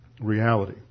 reality